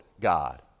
God